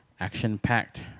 action-packed